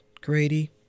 Grady